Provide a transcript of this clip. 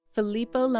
Filippo